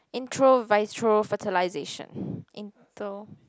intro vitro fertilization intro